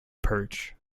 perch